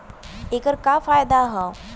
ऐकर का फायदा हव?